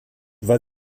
weil